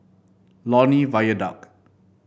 Lornie Viaduct